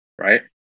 right